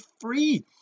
free